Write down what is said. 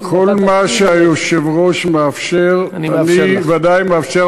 כל מה שהיושב-ראש מאפשר אני ודאי מאפשר,